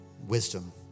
Wisdom